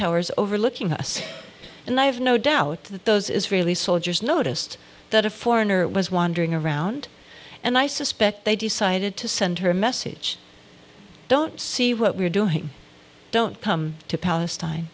towers overlooking us and i have no doubt that those israeli soldiers noticed that a foreigner was wandering around and i suspect they decided to send her a message i don't see what we're doing don't come to palestine